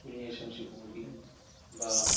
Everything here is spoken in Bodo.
स्कुलनि S C M C committee बा